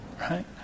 Right